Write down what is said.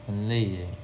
很累 leh